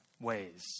ways